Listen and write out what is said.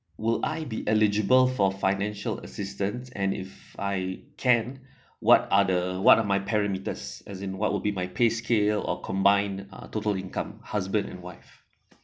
will I be eligible for financial assistance and if I can what are the what of my parimeters as since what would be my paid skill or combine uh total income husband and wife